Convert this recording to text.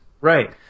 Right